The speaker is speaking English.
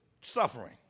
suffering